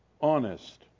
honest